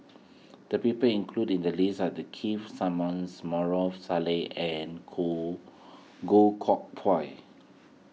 the people included in the list are the Keith Simmons Maarof Salleh and Goh Goh Koh Pui